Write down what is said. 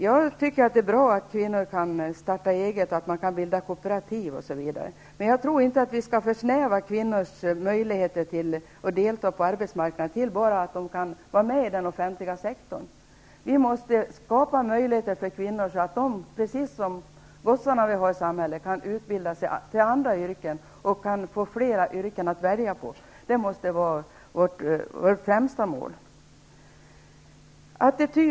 Jag tycker att det är bra att kvinnor kan starta eget, att man kan bilda kooperativ, osv., men jag tror inte att vi skall försnäva kvinnors möjligheter att delta på arbetsmarknaden bara till att de kan arbeta inom den offentliga sektorn. Vi måste skapa möjligheter för kvinnor som gör att de, precis som gossarna i samhället, kan utbilda sig också till andra yrken och få fler yrken att välja på. Det måste vara vårt främsta mål.